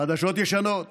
חדשות ישנות: